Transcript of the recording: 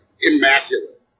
immaculate